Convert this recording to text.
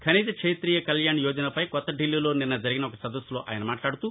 ఖనిజ్ క్షేతీయ కక్యాణ్ యోజనపై కొత్త డిల్లీలో నిన్న జరిగిన ఒక సదస్సులో ఆయన మాట్లాడుతూ